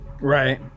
Right